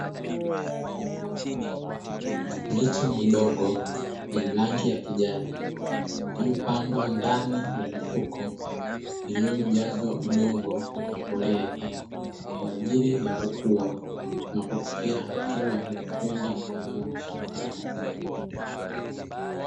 Miche midogo yenye rangi ya kijani ilio pandwa ndani ya mifuko iliyojazwa udongo wenye mbolea kwa ajili ya kukua na kufikia hatua ya kwenda kupandwa shambani.